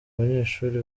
abanyeshuri